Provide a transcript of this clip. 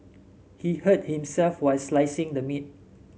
he hurt himself while slicing the meat